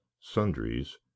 sundries